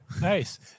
Nice